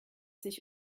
sich